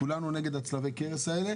כולנו נגד צלבי הקרס האלה